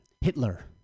Hitler